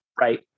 right